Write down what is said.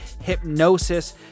Hypnosis